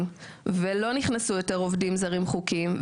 ויותר לא נכנסו עובדים זרים חוקיים.